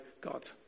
God